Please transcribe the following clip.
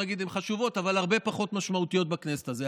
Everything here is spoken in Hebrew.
שבוא נגיד שהן חשובות אבל הרבה פחות משמעותיות בכנסת הזו.